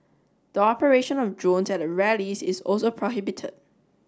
the operation of drones at the rallies is also prohibited